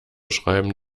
schreiben